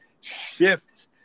shift